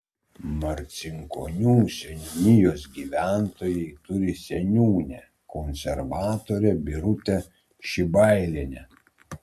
marcinkonių seniūnijos gyventojai turi seniūnę konservatorę birutę šibailienę